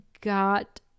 got